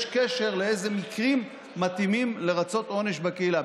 יש קשר לסוג המקרים שמתאימים לרצות עונש בקהילה.